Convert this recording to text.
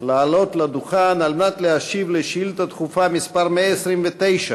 לעלות לדוכן להשיב על שאילתה דחופה מס' 129